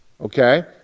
okay